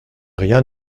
rien